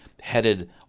headed